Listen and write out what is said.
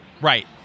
Right